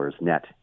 net